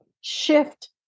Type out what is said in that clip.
shift